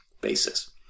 basis